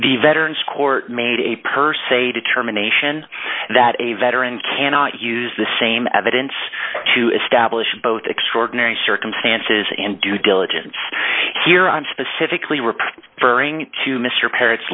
the veterans court made a per se determination that a veteran cannot use the same evidence to establish both extraordinary circumstances and due diligence here on specifically rip furring to mr parrot